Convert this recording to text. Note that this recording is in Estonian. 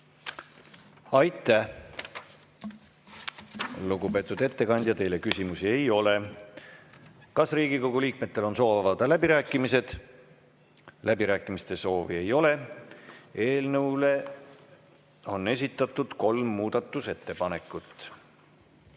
Aitäh! Lugupeetud ettekandja, teile küsimusi ei ole. Kas Riigikogu liikmetel on soov avada läbirääkimised? Läbirääkimiste soovi ei ole. Eelnõu kohta on esitatud kolm muudatusettepanekut.